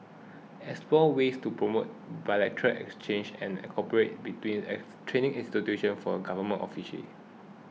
explore ways to promote bilateral exchanges and cooperation between ex training institutions for government official